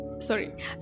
Sorry